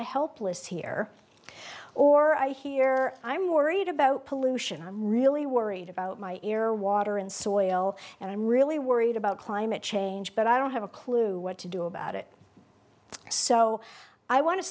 of helpless here or i hear i'm worried about pollution i'm really worried about my ear or water and soil and i'm really worried about climate change but i don't have a clue what to do about it so i want to